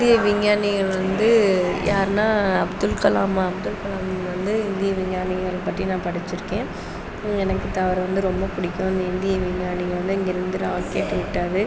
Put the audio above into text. இந்திய விஞ்ஞானிகள் வந்து யாருனா அப்துல் கலாம் அப்துல் கலாம் வந்து இந்திய விஞ்ஞானிகள் பற்றி நான் படிச்சுருக்கேன் எனக்கு அவரை வந்து ரொம்ப பிடிக்கும் இந்திய விஞ்ஞானிகள் வந்து இங்கேருந்து ராக்கெட்விட்டார்